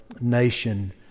nation